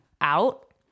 out